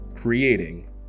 creating